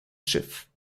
schiff